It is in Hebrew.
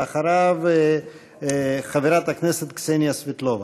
ואחריו, חברת הכנסת קסניה סבטלובה.